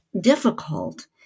difficult